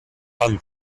han